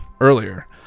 earlier